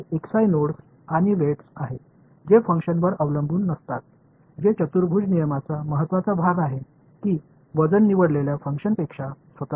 तर हे नोड्स आणि वेट्स आहेत जे फंक्शनवर अवलंबून नसतात जे चतुर्भुज नियमाचा महत्त्वाचा भाग आहे की वजन निवडलेल्या फंक्शनपेक्षा स्वतंत्र आहेत